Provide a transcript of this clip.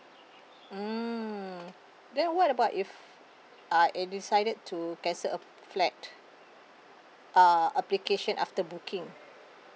mm then what about if I uh decided to cancel a flat uh application after booking